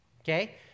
Okay